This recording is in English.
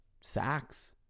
sacks